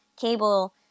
cable